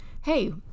Hey